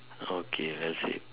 okay that's it